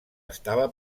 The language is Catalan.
estava